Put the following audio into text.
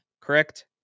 correct